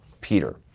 Peter